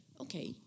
Okay